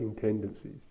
tendencies